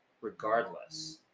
regardless